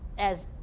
as